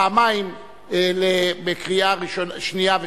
פעמיים בקריאה שנייה ושלישית,